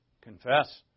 Confess